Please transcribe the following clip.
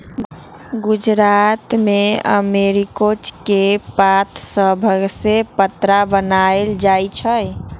गुजरात मे अरिकोच के पात सभसे पत्रा बनाएल जाइ छइ